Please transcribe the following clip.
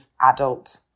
adult